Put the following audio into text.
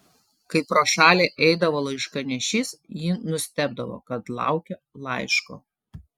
kai pro šalį eidavo laiškanešys ji nustebdavo kad laukia laiško